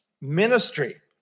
ministry